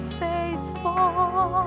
faithful